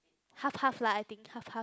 half half lah I think half half